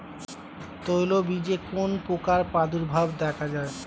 তৈলবীজে কোন পোকার প্রাদুর্ভাব দেখা যায়?